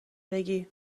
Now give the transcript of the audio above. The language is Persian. بگی